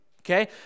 Okay